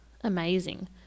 amazing